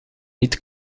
niet